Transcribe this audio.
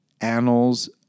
annals